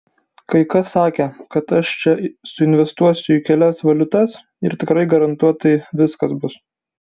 kai kas sakė kad aš čia suinvestuosiu į kelias valiutas ir tikrai garantuotai viskas bus